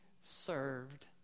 served